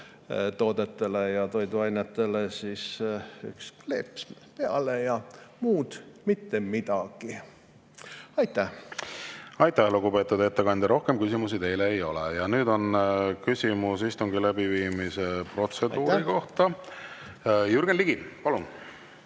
toodetele ja toiduainetele üks kleeps peale, ja muud mitte midagi. Aitäh, lugupeetud ettekandja! Rohkem küsimusi teile ei ole. Nüüd on küsimus istungi läbiviimise protseduuri kohta. Jürgen Ligi, palun!